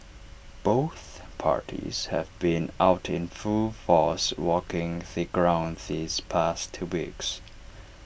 both parties have been out in full force walking the ground these past two weeks